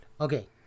Okay